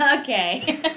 Okay